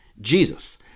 Jesus